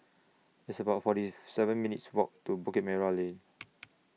It's about forty seven minutes' Walk to Bukit Merah Lane